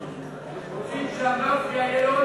נתקבלה.